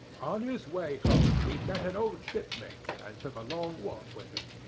on his way home he met an old shipmate, and took a long walk with him.